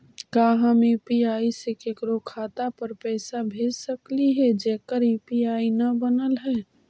का हम यु.पी.आई से केकरो खाता पर पैसा भेज सकली हे जेकर यु.पी.आई न बनल है?